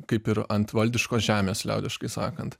kaip ir ant valdiškos žemės liaudiškai sakant